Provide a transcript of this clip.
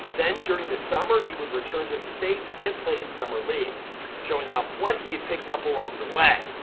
then, during the summer, he would return to the states and play in summer leagues, showing off what he had picked up along the way.